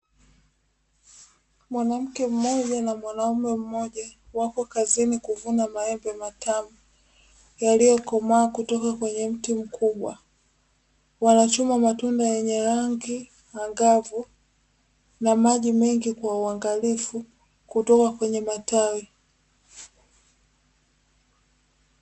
Mwanamke mmoja na mwanaume mmoja, wapo kazini kuvuna maembe matamu yaliyokomaa kutoka kwenye mti mkubwa. Wanachuma matunda yenye rangi angavu na maji mengi kwa uangalifu kutoka kwenye matawi.